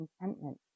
contentment